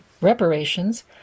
reparations